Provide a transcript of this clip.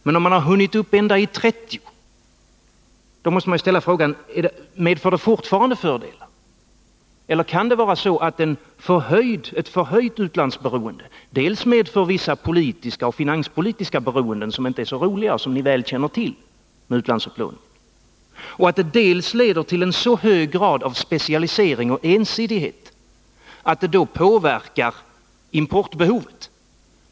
Men om man hunnit ända upp till 30 26 måste man ställa frågan: Medför det fortfarande fördelar? Eller kan det vara så att ett förhöjt utlandsberoende dels medför vissa politiska och finanspolitiska beroenden som inte är så roliga och som vi väl känner till när det gäller utlandsupplåningen, dels leder till en så hög grad av specialisering och ensidighet att det påverkar importbehovet?